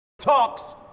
talks